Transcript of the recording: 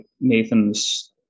nathan's